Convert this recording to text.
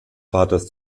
vaters